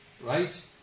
right